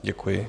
Děkuji.